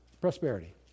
prosperity